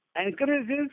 encourages